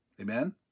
Amen